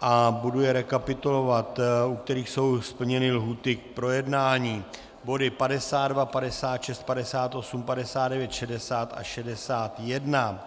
a budu rekapitulovat, u kterých jsou splněny lhůty k projednání: body 52, 56, 58, 59, 60 a 61.